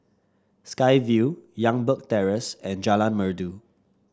Sky Vue Youngberg Terrace and Jalan Merdu